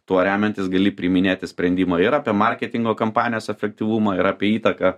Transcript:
tuo remiantis gali priiminėti sprendimą ir apie marketingo kampanijos efektyvumą ir apie įtaką